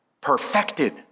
perfected